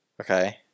Okay